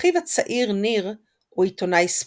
אחיו הצעיר, ניר, הוא עיתונאי ספורט.